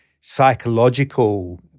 psychological